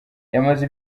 yamaze